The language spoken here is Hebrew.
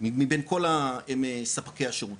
מפני כל ספקי השירותים.